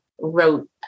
wrote